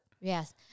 Yes